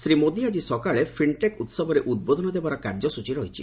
ଶୀ ମୋଦି ଆକି ସକାଳେ ଫିନ୍ଟେକ୍ ଉହବରେ ଉଦ୍ବୋଧନ ଦେବାର କାର୍ଯ୍ୟସୂଚୀ ରହିଛି